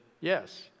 yes